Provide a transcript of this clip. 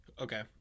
okay